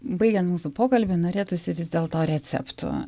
baigiant mūsų pokalbį norėtųsi vis dėlto receptų